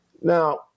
Now